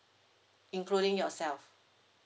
including yourself